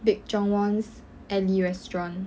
baek jong won's alley restaurant